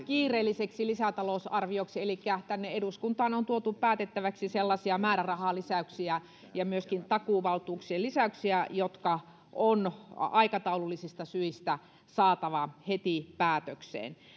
kiireelliseksi lisätalousarvioksi elikkä tänne eduskuntaan on tuotu päätettäväksi sellaisia määrärahalisäyksiä ja myöskin takuuvaltuuksien lisäyksiä jotka on aikataulullisista syistä saatava heti päätökseen